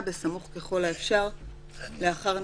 לא שיחה אישית.